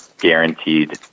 guaranteed